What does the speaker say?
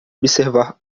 observar